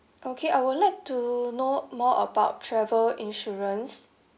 okay I would like to know more about travel insurance